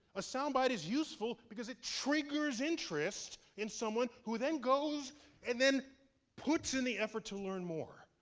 a sound bite is useful because it triggers interest in someone who then goes and then puts in the effort to learn more.